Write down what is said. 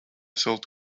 sold